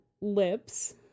lips